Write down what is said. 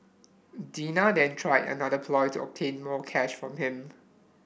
Dina then tried another ploy to obtain more cash from him